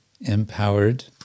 empowered